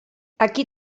ací